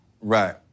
Right